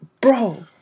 Bro